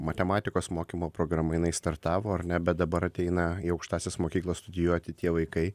matematikos mokymo programa jinai startavo ar ne bet dabar ateina į aukštąsias mokyklas studijuoti tie vaikai